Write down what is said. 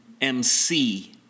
MC